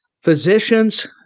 physicians